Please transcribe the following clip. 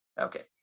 Okay